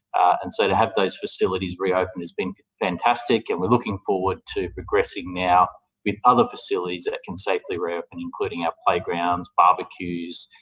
and so to have those facilities reopened has been fantastic, and we're looking forward to progressing now with other facilities that can safely reopen, and including our playgrounds, barbeques,